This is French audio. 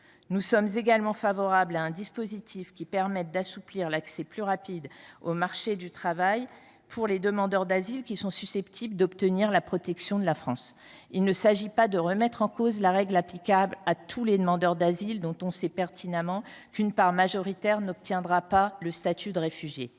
Nous sommes également favorables à un dispositif qui permette d’assouplir l’accès plus rapide au marché du travail pour les demandeurs d’asile qui sont le plus susceptibles d’obtenir la protection de la France. Il ne s’agit pas de remettre en cause la règle applicable à tous les demandeurs d’asile, d’autant que l’on sait pertinemment qu’une majorité d’entre eux n’obtiendra pas le statut de réfugié.